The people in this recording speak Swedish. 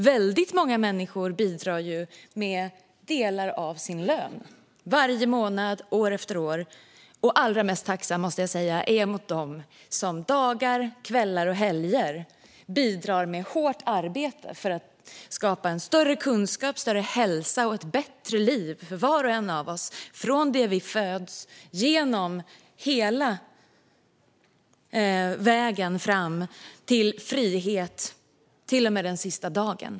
Väldigt många människor bidrar med delar av sin lön, varje månad, år efter år. Allra mest tacksam, måste jag säga, är jag mot dem som dagar, kvällar och helger bidrar med hårt arbete för att skapa en större kunskap, en bättre hälsa och ett bättre liv för var och en av oss, från det att vi föds, hela vägen fram till frihet, till och med den sista dagen.